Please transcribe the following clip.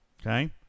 Okay